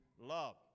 love